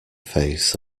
face